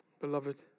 Beloved